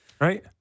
Right